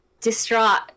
distraught